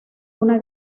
una